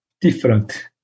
different